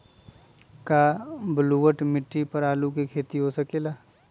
का बलूअट मिट्टी पर आलू के खेती हो सकेला?